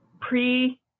pre